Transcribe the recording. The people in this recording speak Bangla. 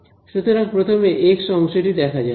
সুতরাং প্রথমে এক্স অংশটি দেখা যাক